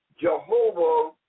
Jehovah